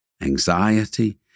anxiety